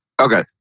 Okay